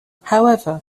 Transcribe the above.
however